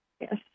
Yes